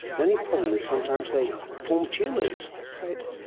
the only problem is sometimes they form tumours. that's right.